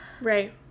right